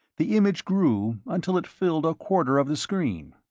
the image grew until it filled a quarter of the screen.